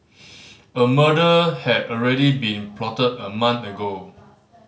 a murder had already been plotted a month ago